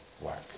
work